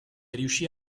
riuscì